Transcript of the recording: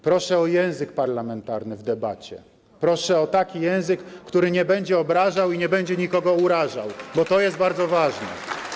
Proszę o język parlamentarny w debacie, proszę o taki język, który nie będzie obrażał i nie będzie nikogo urażał, bo to jest bardzo ważne.